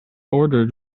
ordered